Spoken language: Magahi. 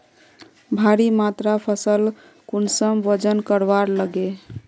भारी मात्रा फसल कुंसम वजन करवार लगे?